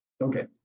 Okay